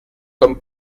comme